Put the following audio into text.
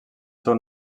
seu